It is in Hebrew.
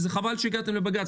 וזה חבל שהגעתם לבג"ץ,